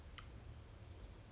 expectation is there